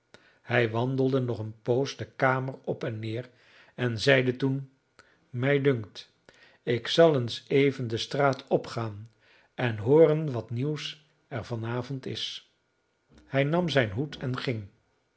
hij wandelde nog een poos de kamer op en neer en zeide toen mij dunkt ik zal eens even de straat opgaan en hooren wat nieuws er van avond is hij nam zijn hoed en ging